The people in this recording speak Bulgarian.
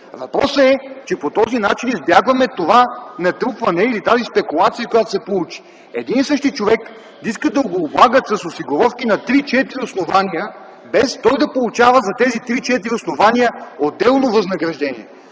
Въпросът е, че по този начин избягваме това натрупване или тази спекулация, която се получи – един и същи човек иска да го облагат с осигуровки на 3-4 основания, без той да получава за тези 3-4 основания отделно възнаграждение.